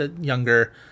younger